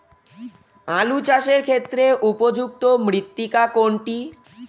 আলু চাষের ক্ষেত্রে উপযুক্ত মৃত্তিকা কোনটি?